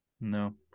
No